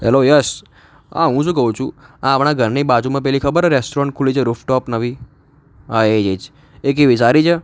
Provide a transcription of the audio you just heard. hello yes આ હું શું કહું છું આ આપણાં ઘરની બાજુમાં પેલી ખબર છે રેસ્ટરોરન્ટ ખૂલી છે રૂફટોપ નવી હા એ એ જ એ કેવી સારી છે